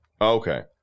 Okay